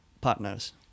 partners